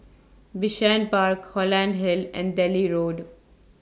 Bishan Park Holland Hill and daily Road